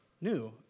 new